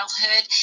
childhood